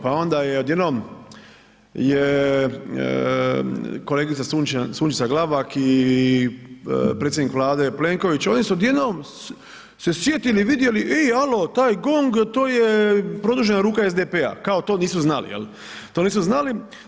Pa onda je odjednom kolegica Sunčana Glavak i predsjednik Vlade Plenković, oni su odjednom se sjetili i vidjeli ej alo, taj GONG to je produžena ruka SDP-a, kao to nisu znali, to nisu znali.